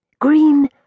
green